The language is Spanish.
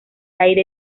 aire